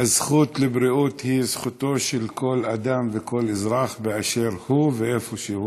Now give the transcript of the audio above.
הזכות לבריאות היא זכותו של כל אדם וכל אזרח באשר הוא ואיפה שהוא.